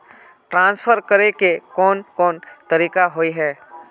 Transfer करे के कोन कोन तरीका होय है?